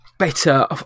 better